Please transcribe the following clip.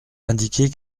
indiqués